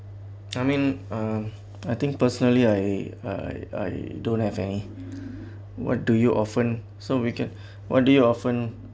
I mean um I think personally I I I don't have any what do you often so we can what do you often